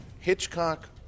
Hitchcock